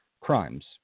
crimes